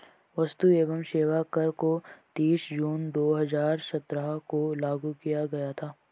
वस्तु एवं सेवा कर को तीस जून दो हजार सत्रह को लागू किया गया था